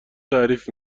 تعریف